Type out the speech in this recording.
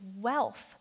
wealth